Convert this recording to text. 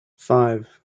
five